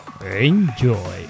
Enjoy